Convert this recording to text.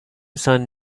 son